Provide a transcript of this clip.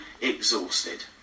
Exhausted